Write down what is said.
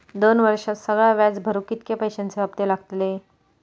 दोन वर्षात सगळा व्याज भरुक कितक्या पैश्यांचे हप्ते लागतले?